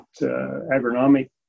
agronomic